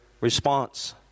response